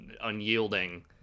unyielding